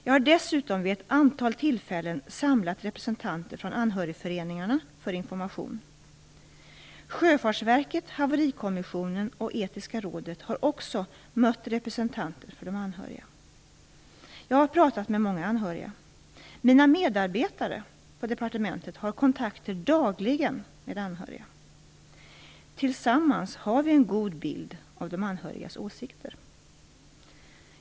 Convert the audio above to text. Jag har dessutom vid ett antal tillfällen samlat representanter från anhörigföreningarna för information. Sjöfartsverket, Haverikommissionen och Etiska Rådet har också mött representanter för de anhöriga. Jag har pratat med många anhöriga. Mina medarbetare på departementet har kontakter dagligen med anhöriga. Tillsammans har vi en god bild av de anhörigas åsikter.